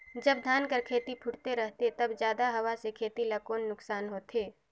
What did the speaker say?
जब धान कर खेती फुटथे रहथे तब जादा हवा से खेती ला कौन नुकसान होथे?